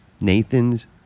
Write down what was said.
Nathan's